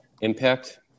Impact